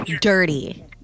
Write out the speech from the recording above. dirty